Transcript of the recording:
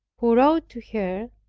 who wrote to her,